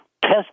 test